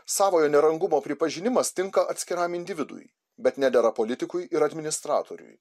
savojo nerangumo pripažinimas tinka atskiram individui bet nedera politikui ir administratoriui